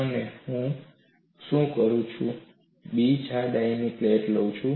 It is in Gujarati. અને હું અહીં શું કરું છું હું B જાડાઈની પ્લેટ લઉં છું